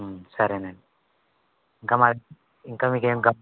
సరేనండి ఇంకా మాది ఇంకా మీకేం కావా